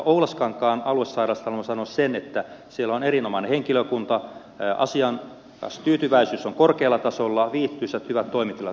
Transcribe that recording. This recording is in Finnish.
oulaskankaan aluesairaalasta haluan sanoa sen että siellä on erinomainen henkilökunta asiakastyytyväisyys on korkealla tasolla viihtyisät hyvät toimitilat